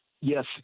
Yes